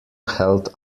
held